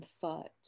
thought